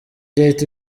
leta